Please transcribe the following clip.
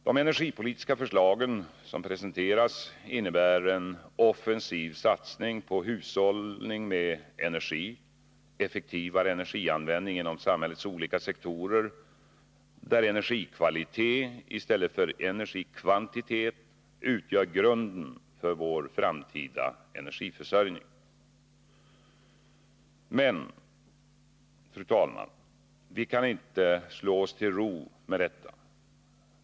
De energipolitiska förslag som presenteras innebär en offensiv satsning på hushållning med energi, effektivare energianvändning inom samhällets olika sektorer, där energikvalitet i stället för energikvantitet utgör grunden för vår framtida energiförsörjning. Men, fru talman, vi kan inte slå oss till ro med detta.